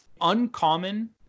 uncommon